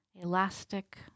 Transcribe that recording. elastic